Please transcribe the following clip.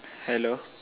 hello